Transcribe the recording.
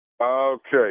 Okay